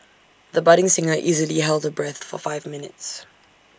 the budding singer easily held her breath for five minutes